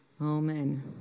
amen